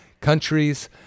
countries